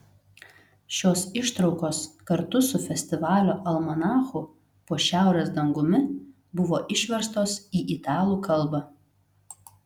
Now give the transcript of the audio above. šios ištraukos kartu su festivalio almanachu po šiaurės dangumi buvo išverstos į italų kalbą